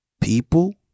People